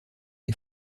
les